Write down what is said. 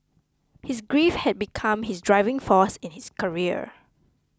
his grief had become his driving force in his career